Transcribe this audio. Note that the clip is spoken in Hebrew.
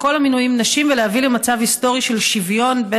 כל המינויים נשים ולהביא למצב היסטורי של שוויון,